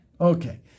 Okay